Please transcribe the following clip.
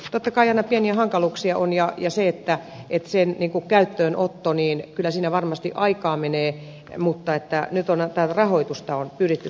totta kai aina pieniä hankaluuksia on ja se että etsien riku käyttöönotto niin sen käyttöönotossa varmasti aikaa menee mutta nyt rahoitusta on pyritty turvaamaan